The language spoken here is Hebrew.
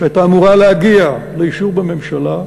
שהייתה אמורה להגיע לאישור בממשלה,